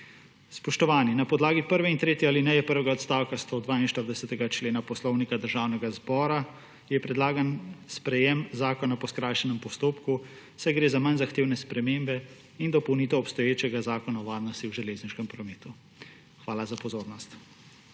Spoštovani, na podlagi prve in tretje alineje prvega ostavka 142. člena Poslovnika Državnega zbora je predlagano sprejetje zakona po skrajšanjem postopku, saj gre za manj zahtevne spremembe in dopolnitev obstoječega Zakona o varnosti v železniškem prometu. Hvala za pozornost.